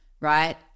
right